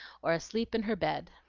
or asleep in her bed.